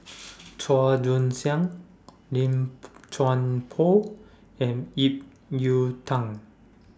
Chua Joon Siang Lim Chuan Poh and Ip Yiu Tung